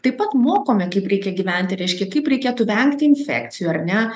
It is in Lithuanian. taip pat mokome kaip reikia gyventi reiškia kaip reikėtų vengti infekcijų ar ne